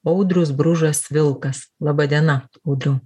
audrius bružas vilkas laba diena audriau